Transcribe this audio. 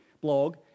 blog